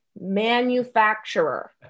manufacturer